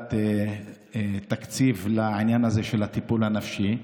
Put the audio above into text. קבלת תקציב לעניין הזה של הטיפול הנפשי.